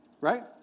right